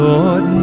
Lord